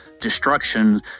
destruction